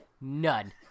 None